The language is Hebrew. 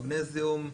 מגנזיום ופוספט.